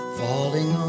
falling